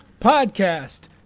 podcast